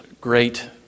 great